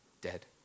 dead